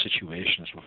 situations